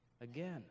Again